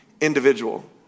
individual